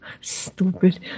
Stupid